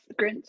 Grinch